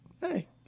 Hey